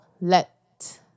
let